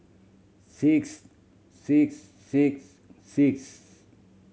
six six six six